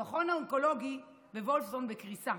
המכון האונקולוגי בוולפסון בקריסה,